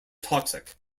toxic